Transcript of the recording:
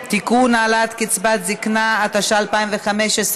(תיקון, העלאת קצבת זיקנה), התשע"ה 2015,